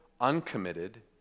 uncommitted